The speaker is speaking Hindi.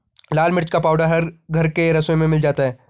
लाल मिर्च का पाउडर हर घर के रसोई में मिल जाता है